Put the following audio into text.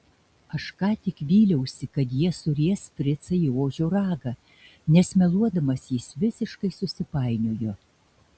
aš ką tik vyliausi kad jie suries fricą į ožio ragą nes meluodamas jis visiškai susipainiojo